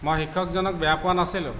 মই শিক্ষকজনক বেয়া পোৱা নাছিলোঁ